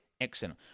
excellent